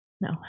No